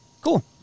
Cool